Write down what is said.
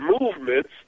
movements